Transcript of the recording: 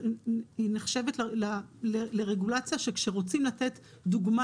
היא נחשבת לרגולציה שכשרוצים לתת דוגמה